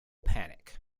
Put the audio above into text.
panic